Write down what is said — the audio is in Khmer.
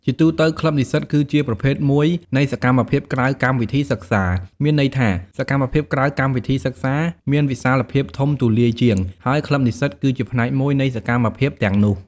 ជាទូទៅ ក្លឹបនិស្សិត គឺជាប្រភេទមួយនៃសកម្មភាពក្រៅកម្មវិធីសិក្សា មានន័យថា សកម្មភាពក្រៅកម្មវិធីសិក្សាមានវិសាលភាពធំទូលាយជាង ហើយក្លឹបនិស្សិតគឺជាផ្នែកមួយនៃសកម្មភាពទាំងនោះ។